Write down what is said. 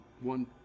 one